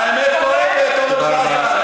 האמת כואבת, אורן חזן.